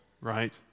Right